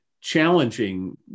challenging